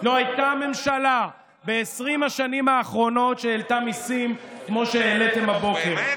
לא הייתה ממשלה ב-20 השנים האחרונות שהעלתה מיסים כמו שהעליתם הבוקר.